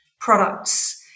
products